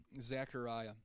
Zechariah